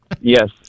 Yes